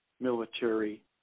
military